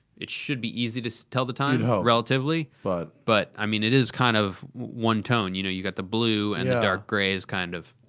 it should be easy to tell the time, relatively. but, but i mean it is kind of one tone, you know? you got the blue and the dark grey, is kind of.